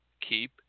keep